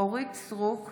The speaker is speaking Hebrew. אורית מלכה סטרוק,